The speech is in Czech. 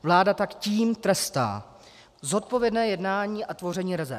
Vláda tak tím trestá zodpovědné jednání a tvoření rezerv.